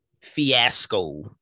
fiasco